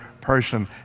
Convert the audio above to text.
person